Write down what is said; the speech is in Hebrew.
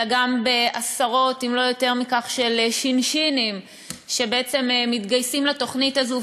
אלא גם בעשרות אם לא יותר מזה של שי"ן-שי"נים שמתגייסים לתוכנית הזאת.